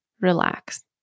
relax